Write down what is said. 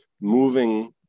moving